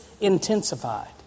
intensified